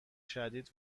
شدید